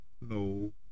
no